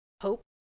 hope